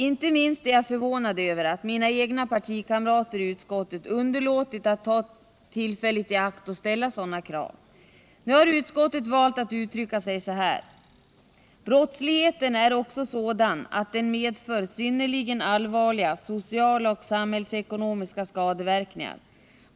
Inte minst är jag förvånad över att mina egna partikamrater i utskottet underlåtit att ta tillfället i akt att ställa sådana krav. Nu har utskottet valt att uttrycka sig så här: ”Brottsligheten är också ofta sådan att den medför synnerligen allvarliga sociala och samhällsekonomiska skadeverkningar.